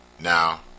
Now